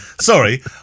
Sorry